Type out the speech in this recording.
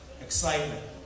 excitement